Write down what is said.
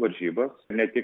varžybos ne tik